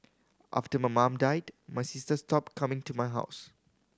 after my mum died my sister stopped coming to my house